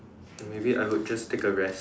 maybe I would just take a rest